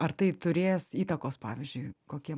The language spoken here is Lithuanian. ar tai turės įtakos pavyzdžiui kokie